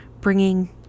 bringing